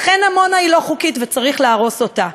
אכן עמונה היא לא חוקית וצריך להרוס אותה.